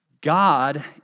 God